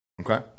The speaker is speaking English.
okay